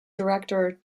director